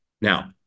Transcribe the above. Now